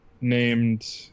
named